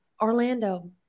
Orlando